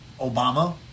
Obama